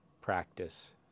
practice